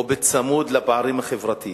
או צמוד, לפערים החברתיים.